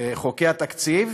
חוקי התקציב